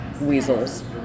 weasels